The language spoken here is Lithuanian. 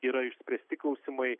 yra išspręsti klausimai